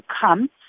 come